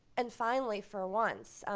and finally, for once,